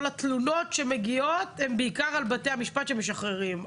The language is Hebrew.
התלונות שמגיעות הן בעיקר על בתי המשפט שמשחררים.